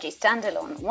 standalone